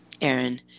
Aaron